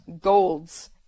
golds